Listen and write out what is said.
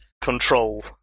control